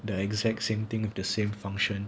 the exact same thing with the same function